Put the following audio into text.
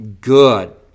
good